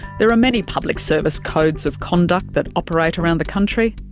there are many public service codes of conduct that operate around the country,